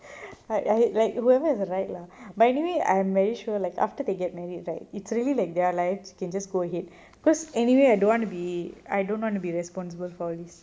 I I like whoever is right lah but anyway I very sure like after they get married right it's really like their lives they can just go ahead because anyway I don't want to be I don't want to be responsible for all this